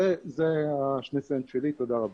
תודה רבה.